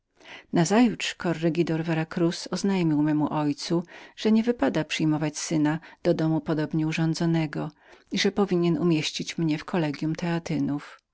domu ojcowskim nazajutrz korregidor z vera cruz oznajmił memu ojcu że nie wypadało przyjmować syna do domu podobnie urządzonego i że powinien był umieścić mnie w kollegium